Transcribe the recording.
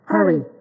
Hurry